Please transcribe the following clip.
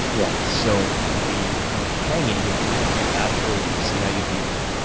yeah so the the hanging, if you were to do that for a week, see how you feel,